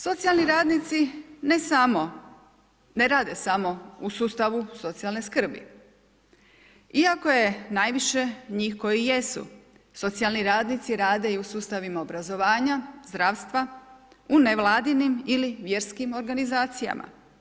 Socijalni radnici, ne samo, ne rade samo u sustavu socijalne skrbi iako je najviše njih koji jesu, socijalni radnici, rade i u sustavima obrazovanja, zdravstva u nevladinim ili vjerskim organizacijama.